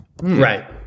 Right